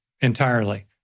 entirely